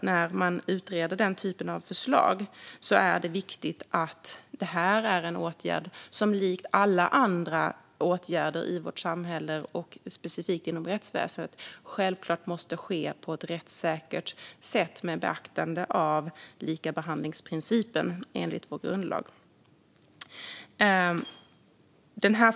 När man utreder den typen av förslag är det viktigt att det handlar om en åtgärd som likt alla andra åtgärder i vårt samhälle, särskilt inom rättsväsendet, självklart måste vidtas på ett rättssäkert sätt med beaktande av likabehandlingsprincipen enligt vår grundlag.